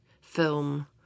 film